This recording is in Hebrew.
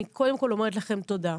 אני קודם כל אומרת לכם תודה.